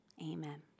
Amen